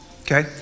okay